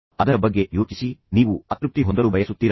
ಅದರ ಬಗ್ಗೆ ಯೋಚಿಸಿ ನೀವು ಅತೃಪ್ತಿ ಹೊಂದಲು ಬಯಸುತ್ತೀರಾ